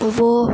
وہ